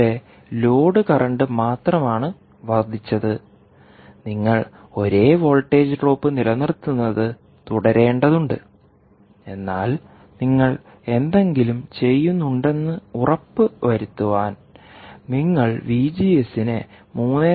ഇവിടെ load current മാത്രമാണ് വർദ്ധിച്ചത് നിങ്ങൾ ഒരേ വോൾട്ടേജ് ഡ്രോപ്പ് നിലനിർത്തുന്നത് തുടരേണ്ടതുണ്ട് എന്നാൽ നിങ്ങൾ എന്തെങ്കിലും ചെയ്യേണ്ടതുണ്ടെന്ന് ഉറപ്പുവരുത്താൻ നിങ്ങൾ വിജിഎസിനെ 3